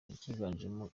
kiganjemo